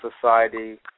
Society